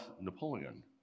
Napoleon